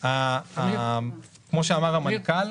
כמו שאמר המנכ"ל,